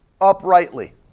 uprightly